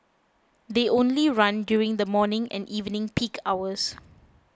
they only run during the morning and evening peak hours